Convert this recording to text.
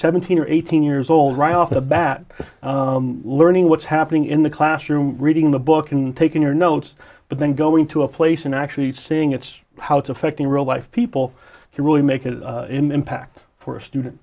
seventeen or eighteen years old right off the bat learning what's happening in the classroom reading the book and taking your notes but then going to a place and actually seeing it's how it's affecting real life people can really make it impact for a student